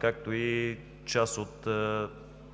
както и част от